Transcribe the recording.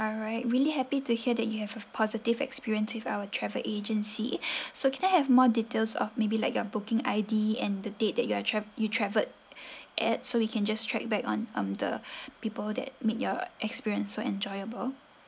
alright really happy to hear that you have a positive experience with our travel agency so can I have more details of maybe like your booking I_D and the date that you are trav~ you traveled at so we can just trackback on um the people that make your experience so enjoyable